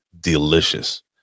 delicious